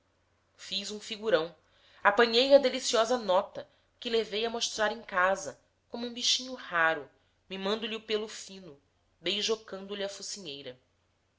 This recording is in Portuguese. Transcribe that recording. fiz um figurão apanhei a deliciosa nota que levei a mostrar em casa como um bichinho raro mimando lhe o pêlo fino beijocando lhe a focinheira